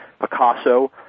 picasso